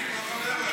איציק לא חבר.